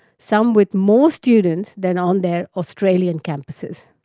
some with more students than on their australian campuses.